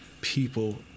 people